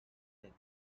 death